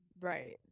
Right